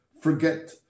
forget